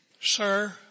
Sir